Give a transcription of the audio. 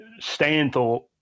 stanthorpe